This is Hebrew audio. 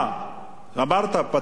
פתרנו את משבר הדיור,